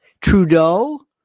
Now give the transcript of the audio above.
Trudeau